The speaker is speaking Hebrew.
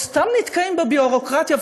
או סתם נתקעים בביורוקרטיה,